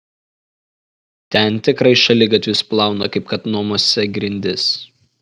ten tikrai šaligatvius plauna kaip kad namuose grindis